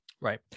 Right